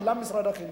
אלא משרד החינוך.